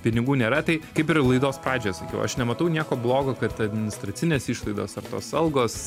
pinigų nėra tai kaip ir laidos pradžioje sakiau aš nematau nieko blogo kad administracinės išlaidos ar tos algos